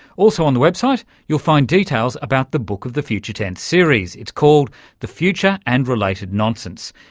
also on the website you'll find details about the book of the future tense series, it's called the future and related nonsense.